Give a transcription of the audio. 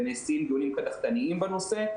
ונעשים דיונים קדחתניים בנושא,